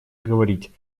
говорить